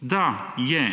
da je